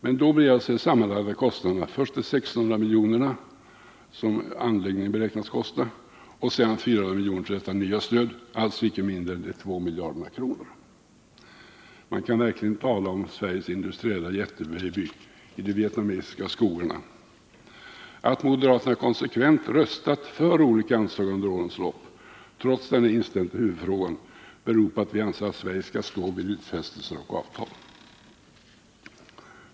Men då blir alltså de sammanlagda kostnaderna först de 1 600 milj.kr. som anläggningen beräknas kosta och sedan 400 miljoner för detta nya stöd, alltså inte mindre än 2 miljarder kronor. Man kan verkligen tala om en Sveriges industriella jättebaby i de vietnamesiska skogarna. Att moderaterna konsekvent röstat för olika anslag under årens lopp, trots denna inställning till huvudfrågan, beror på att vi anser att Sverige skall stå vid utfästelser och avtal.